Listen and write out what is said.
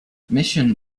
mission